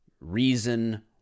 reason